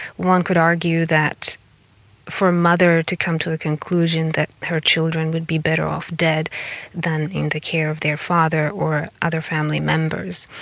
one could argue that for a mother to come to a conclusion that her children would be better off dead than in the care of their father or other family members,